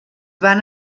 van